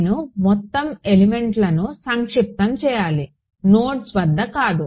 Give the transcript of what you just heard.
నేను మొత్తం ఎలిమెంట్లను సంక్షిప్తం చేయాలి నోడ్స్ వద్ద కాదు